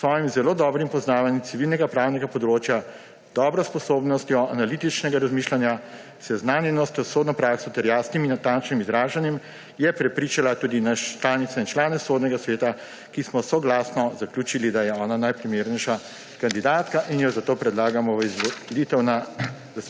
svojim zelo dobrim poznavanjem civilnega pravnega področja, dobro sposobnostjo analitičnega razmišljanja, seznanjenostjo s sodno prakso ter jasnim, natančnim izražanjem je prepričala tudi nas, članice in člane Sodnega sveta, ki smo soglasno zaključi, da je ona najprimernejša kandidatka in jo zato predlagamo v izvolitev na